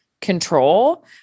control